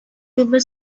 people